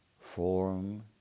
Form